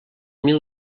mil